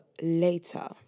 later